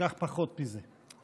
אקח פחות מזה.